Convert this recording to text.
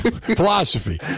Philosophy